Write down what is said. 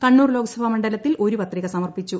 കണ്ണൂർ ലോക്സഭാ മണ്ഡലത്തിൽ ഒരു പത്രിക സമർപ്പിച്ചു